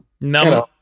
number